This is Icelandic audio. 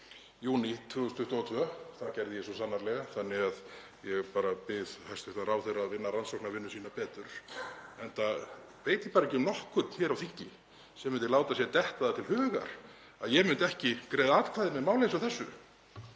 júní 2022. Það gerði ég svo sannarlega, þannig að ég bara bið hæstv. ráðherra að vinna rannsóknarvinnuna sína betur, enda veit ég ekki um nokkurn hér á þingi sem myndi láta sér detta það til hugar að ég myndi ekki greiða atkvæði með máli eins og þessu.